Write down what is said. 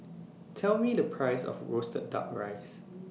Tell Me The Price of Roasted Duck Rice